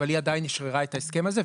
אבל היא עדיין אישררה את ההסכם הזה,